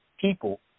people